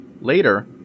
Later